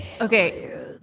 Okay